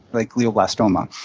like glioblastoma,